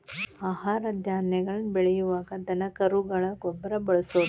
ಆಹಾರ ಧಾನ್ಯಗಳನ್ನ ಬೆಳಿಯುವಾಗ ದನಕರುಗಳ ಗೊಬ್ಬರಾ ಬಳಸುದು